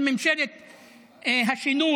של ממשלת השינוי?